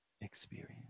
experience